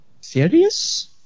Serious